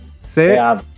say